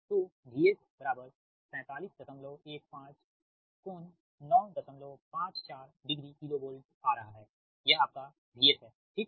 तो VS बराबर 4715∟9540 kilovolt आ रहा है यह आपका VS हैठीक